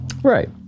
Right